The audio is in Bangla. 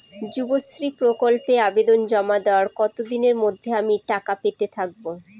যুবশ্রী প্রকল্পে আবেদন জমা দেওয়ার কতদিনের মধ্যে আমি টাকা পেতে থাকব?